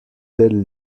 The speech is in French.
telle